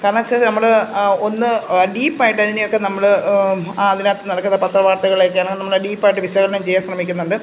കാരണം വെച്ചാൽ നമ്മൾ ഒന്ന് ഡീപ്പ് ആയിട്ട് അതിനെ ഒക്കെ നമ്മൾ അതിലകത്ത് നടക്കുന്ന പത്രവാർത്തകളെ ഒക്കെയാണ് നമ്മൾ ഡീപ്പ് ആയിട്ട് വിശകലനം ചെയ്യാൻ ശ്രമിക്കുന്നുണ്ട്